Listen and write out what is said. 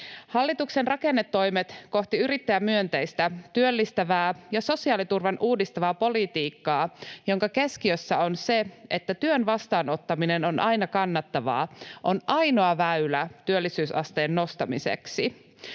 Hallituksen rakennetoimet kohti yrittäjämyönteistä, työllistävää ja sosiaaliturvan uudistavaa politiikkaa, jonka keskiössä on se, että työn vastaanottaminen on aina kannattavaa, ovat ainoa väylä työllisyysasteen nostamiseksi.